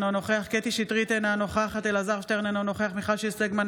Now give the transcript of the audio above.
אינו נוכח קטי קטרין שטרית,